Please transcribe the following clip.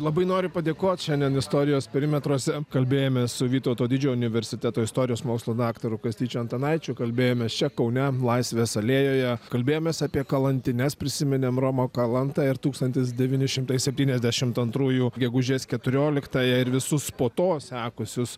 labai noriu padėkot šiandien istorijos perimetruose kalbėjomės su vytauto didžiojo universiteto istorijos mokslų daktaru kastyčiu antanaičiu kalbėjomės čia kaune laisvės alėjoje kalbėjomės apie kalantines prisiminėm romą kalantą ir tūkstantis devyni šimtai septyniasdešimt antrųjų gegužės keturioliktąją ir visus po to sekusius